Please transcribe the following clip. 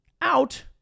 out